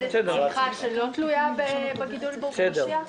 את הצמיחה שלא תלויה בגידול באוכלוסייה?